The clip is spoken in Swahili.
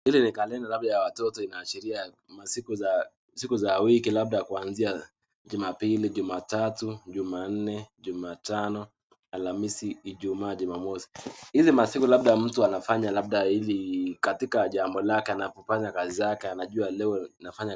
Hili ni karenda ya watoto labda inaashiria masiku za wiki labda kuanzia Jumapili, Jumatatu, Jumanne, Alhamisi, Ijumaa, Jumamosi . Hizi masiku labda mtu anafanya labda ili katika jambo lake, anapofanya kazi zake anajua leo nafanya.